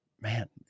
man